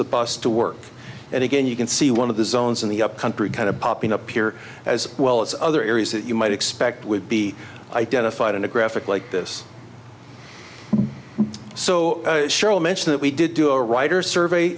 the bus to work and again you can see one of the zones in the up country kind of popping up here as well as other areas that you might expect would be identified in a graphic like this so cheryl mentioned that we did do a writers survey